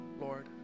Lord